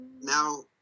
Now